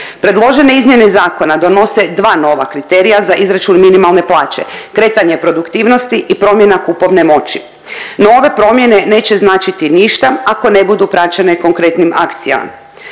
Predložene izmjene zakona donose dva nova kriterija za izračun minimalne plaće. Kretanje produktivnosti i promjena kupovne moći. No, ove promjene neće značiti ništa ako ne budu praćene konkretnim akcijama.